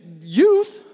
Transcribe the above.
youth